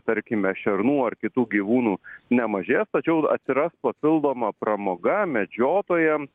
tarkime šernų ar kitų gyvūnų nemažės tačiau atsiras papildoma pramoga medžiotojams